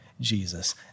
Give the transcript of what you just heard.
Jesus